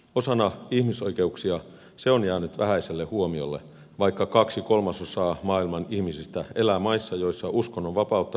osana ihmisoikeuksia se on jäänyt vähäiselle huomiolle vaikka kaksi kolmasosaa maailman ihmisistä elää maissa joissa uskonnonvapautta rajoitetaan